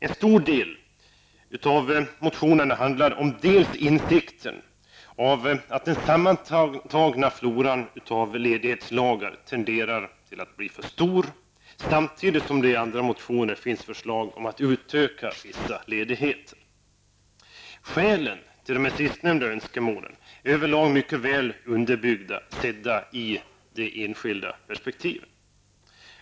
En stor del av motionerna handlar om insikten om att den sammantagna floran av ledighetslagar tenderar att bli för stor. I andra motioner finns samtidigt förslag om att man skall utöka vissa ledigheter. Skälen till de sistnämnda önskemålen är över lag mycket väl underbyggda och sedda ur det enskilda perspektivet.